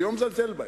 אני לא מזלזל בהם,